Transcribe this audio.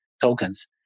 tokens